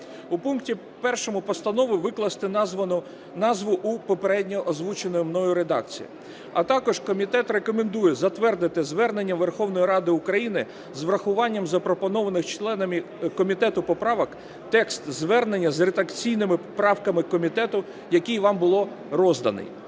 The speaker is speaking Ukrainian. В пункті 1 Постанови викласти назву у попередньо озвученій мною редакції. А також комітет рекомендує затвердити Звернення Верховної Ради України з врахуванням запропонованих членами комітету поправок, текст Звернення з редакційними правками комітету, який вам було роздано.